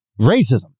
racism